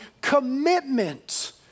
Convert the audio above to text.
commitment